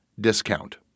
discount